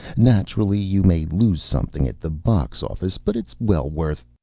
naturally you may lose something at the box-office, but it's well worth